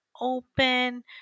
open